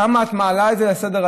כמה את מעלה את זה לסדר-היום,